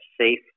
safe